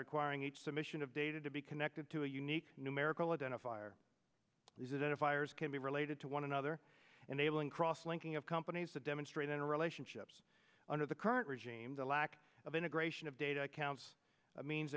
requiring each submission of data to be connected to a unique numerical identifier is it a fires can be related to one another and able in cross linking of companies to demonstrate in relationships under the current regime the lack of integration of data accounts means